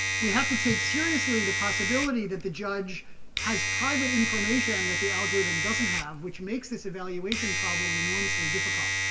we have to take seriously the possibility that the judge has private information that the algorithm doesn't have, which makes this evaluation problem enormously difficult.